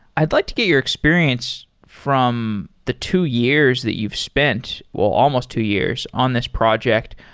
i'd like to get your experience from the two years that you've spent. well, almost two years on this project.